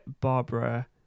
Barbara